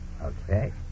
Okay